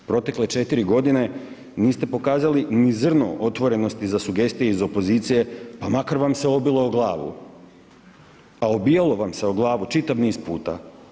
U protekle 4.g. niste pokazali ni zrno otvorenosti za sugestije iz opozicije, pa makar vam se obilo o glavu, a obijalo vam se o glavu čitav niz puta.